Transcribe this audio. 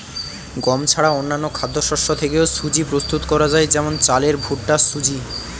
গম ছাড়া অন্যান্য খাদ্যশস্য থেকেও সুজি প্রস্তুত করা যায় যেমন চালের ভুট্টার সুজি